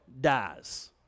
dies